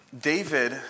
David